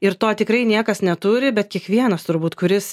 ir to tikrai niekas neturi bet kiekvienas turbūt kuris